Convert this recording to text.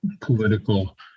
political